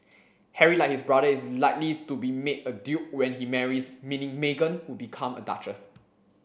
Harry like his brother is likely to be made a duke when he marries meaning Meghan would become a duchess